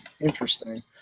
interesting